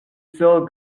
still